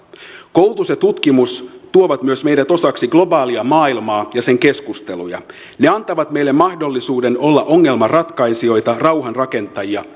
koulutus ja tutkimus tuovat myös meidät osaksi globaalia maailmaa ja sen keskusteluja ne antavat meille mahdollisuuden olla ongelmanratkaisijoita rauhanrakentajia